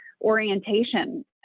orientation